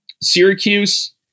Syracuse